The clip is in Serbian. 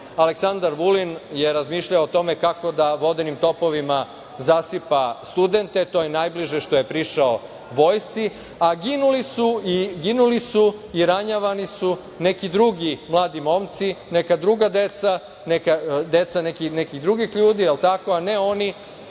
Aleksandar Vulin je razmišljao o tome kako da vodenim topovima zasipa studente, to je najbliže što je prišao vojsci, a ginuli su i ranjavani su neki drugi mladi momci, neka druga deca, deca nekih drugih ljudi, a ne oni